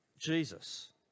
Jesus